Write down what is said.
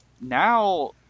now